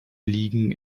liegen